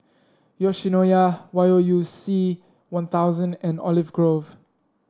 yoshinoya Y O U C One Thousand and Olive Grove